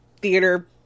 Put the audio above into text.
theater